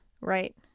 Right